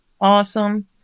awesome